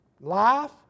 life